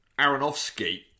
Aronofsky